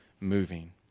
moving